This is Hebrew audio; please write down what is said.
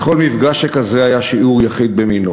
וכל מפגש שכזה היה שיעור יחיד במינו